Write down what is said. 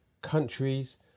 countries